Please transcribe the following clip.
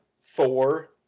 four